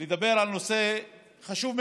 לדבר על נושא חשוב מאוד,